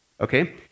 Okay